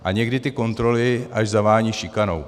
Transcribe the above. A někdy ty kontroly až zavání šikanou.